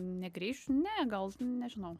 negrįšiu ne gal nežinau